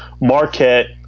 Marquette